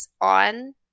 on